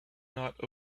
not